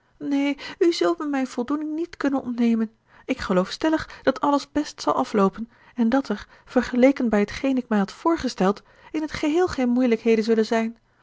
neen u zult me mijn voldoening niet kunnen ontnemen ik geloof stellig dat alles best zal afloopen en dat er vergeleken bij t geen ik mij had voorgesteld in t geheel geen moeilijkheden zullen zijn